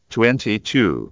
Twenty-two